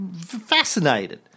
fascinated